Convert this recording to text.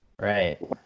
Right